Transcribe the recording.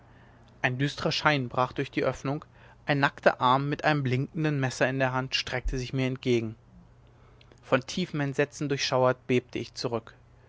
ein düstrer schein brach durch die öffnung ein nackter arm mit einem blinkenden messer in der hand streckte sich mir entgegen von tiefem entsetzen durchschauert bebte ich zurück